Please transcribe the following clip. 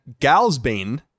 Galsbane